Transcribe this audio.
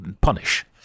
punish